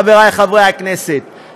חבריי חברי הכנסת,